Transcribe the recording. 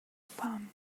fun